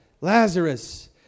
Lazarus